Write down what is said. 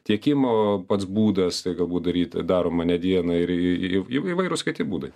tiekimo pats būdas galbūt daryt daroma ne dieną ir įv įvairūs kiti būdai